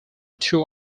two